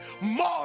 More